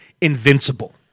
Invincible